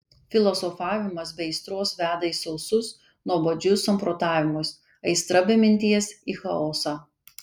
filosofavimas be aistros veda į sausus nuobodžius samprotavimus aistra be minties į chaosą